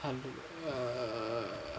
err